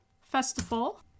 Festival